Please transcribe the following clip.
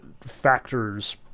Factors